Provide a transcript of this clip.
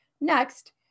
next